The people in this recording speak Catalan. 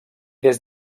des